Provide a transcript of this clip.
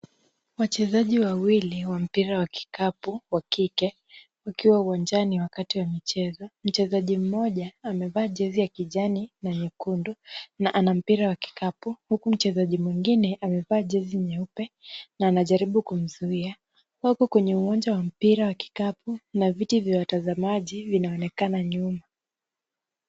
Wachezaji wawili wa mpira wa kikapu wa kike wakiwa uwanjani wakati wa mchezo. Mchezaji mmoja amevaa jezi ya kijani na nyekundu na ana mpira wa kikapu, huku mchezaji mwingine amevaa jezi nyeupe na anajaribu kumzuia. Huko kwenye uwanja wa mpira wa kikapu kuna viti vya watazaamaji vinaonekana nyuma.